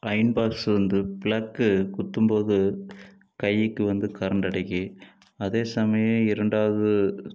iron box வந்து plug குத்தும்போது கைக்கு வந்து கரண்ட் அடிக்கும் அதே சமயம் இரண்டாவது